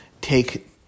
take